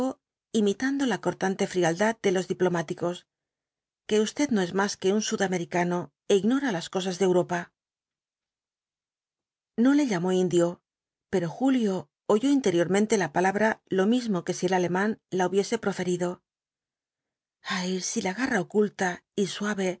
la cortante frialdad de los diplomáticos que usted no es más que un sudamericano é ignora las cosas de europa no le llamó indio pero julio oyó interiormente la palabra lo mismo que si el alemán la hubiese proferido ay si la garra oculta y suave